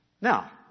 Now